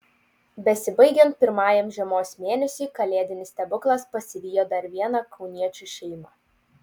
besibaigiant pirmajam žiemos mėnesiui kalėdinis stebuklas pasivijo dar vieną kauniečių šeimą